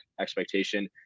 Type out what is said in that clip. expectation